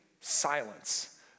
silence